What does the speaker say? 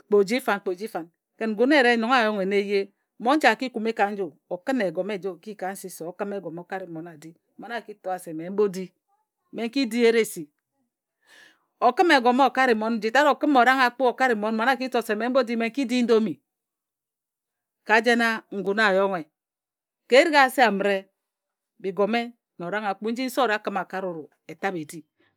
Kpe o jii fan kpe o jii fan. Ngun ere nong a-yonghe nna eye mmonche a ki kume ka nju o kǝn egome eja o ki ka nse se o kǝn egome o kare mmon a di mmon a ki to wa se mme m bo di mme n ki di eresi. O kǝm egome o kare mmon nji tat o kǝm orang akpu o kare mmon mmon a ki to se mme m bo di mme n ki di indomi ka jena ngun a yonghe. Ka erik ase amǝre bigome na orang akpu nji nse owǝre o kǝn a kare wut e tabhe e di.